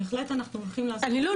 אנחנו הולכים לעשות --- לא,